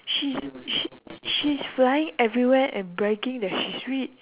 she's she she's flying everywhere and bragging that she's rich